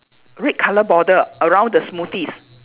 red colour border around the smoothies